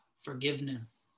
forgiveness